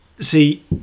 See